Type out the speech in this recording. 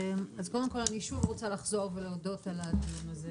אז קודם כל אני שוב רוצה לחזור ולהודות על הדיון הזה